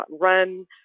run